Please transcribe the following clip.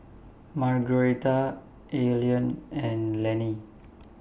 Margueritta Eileen and Lannie